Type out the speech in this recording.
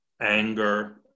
anger